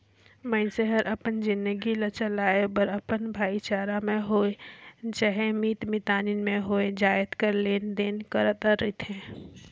मइनसे हर अपन जिनगी ल चलाए बर अपन भाईचारा में होए चहे मीत मितानी में होए जाएत कर लेन देन करत रिथे